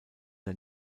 der